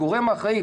הגורם האחראי,